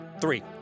Three